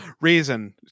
reason